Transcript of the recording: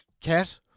cat